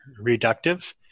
reductive